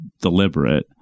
deliberate